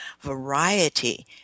variety